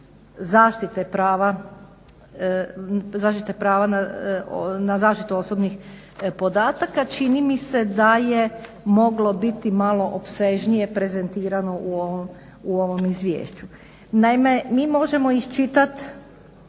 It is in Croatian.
zaštite prava na zaštitu osobnih podataka. Čini mi se da je moglo biti malo opsežnije prezentirano u ovom izvješću. Naime, gospodin ravnatelj